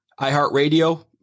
iHeartRadio